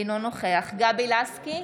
אינו נוכח גבי לסקי,